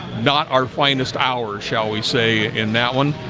not our finest hour shall we say in that one